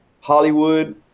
Hollywood